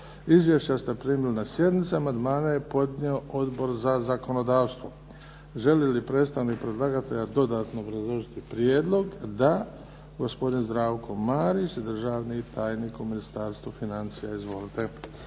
Izvješća ste primili na sjednici. Amandmane je podnio Odbor za zakonodavstvo. Želi li predstavnik predlagatelja dodatno obrazložiti prijedlog? Da. Gospodin Zdravko Marić, državni tajnik u Ministarstvu financija. Izvolite.